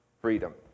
freedom